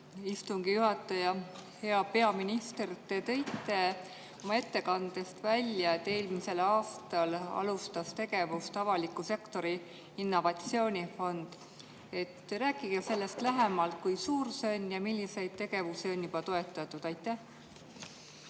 istungi juhataja! Hea peaminister! Te tõite oma ettekandes välja, et eelmisel aastal alustas tegevust avaliku sektori innovatsioonifond. Rääkige sellest lähemalt, kui suur see on ja milliseid tegevusi on juba toetatud. Aitäh,